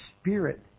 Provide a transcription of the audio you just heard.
spirit